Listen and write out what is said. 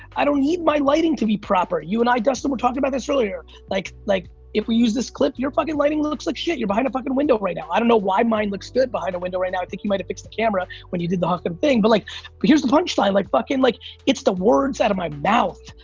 i don't need my lighting to be proper. you and i, dustin, were talking about this earlier. like like, if we use this clip, your fucking lighting looks like shit, you're behind a fucking window right now. i don't know why mine looks good behind a window right now, i think you might have fixed the camera when you did the hook and thing, but like but here's the punchline. like like it's the words out of my mouth,